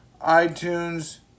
iTunes